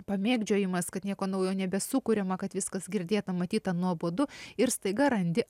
pamėgdžiojimas kad nieko naujo nebesukuriama kad viskas girdėta matyta nuobodu ir staiga randi